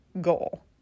goal